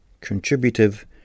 Contributive